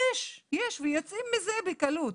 יש ויוצאים מזה בקלות.